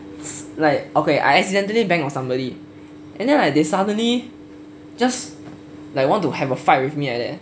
it's like okay I accidentally bang on somebody and then like they suddenly just like want to have a fight with me like that